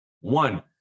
one